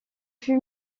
fut